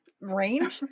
range